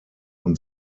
und